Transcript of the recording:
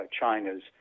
China's